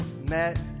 met